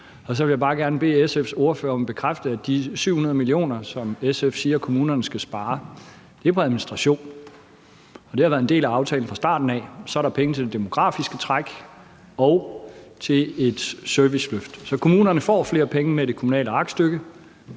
Så vil jeg bare gerne bede SF's ordfører om at bekræfte, at de 700 mio. kr., som SF siger kommunerne skal spare, er på administration. Det har været en del af aftalen fra starten af. Så er der penge til det demografiske træk og til et serviceløft. Så kommunerne får flere penge med det kommunale aktstykke,